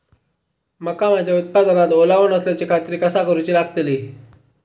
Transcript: मका माझ्या उत्पादनात ओलावो नसल्याची खात्री कसा करुची लागतली?